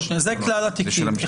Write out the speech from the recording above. זה כלל התיקים.